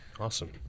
Awesome